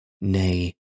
Nay